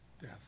death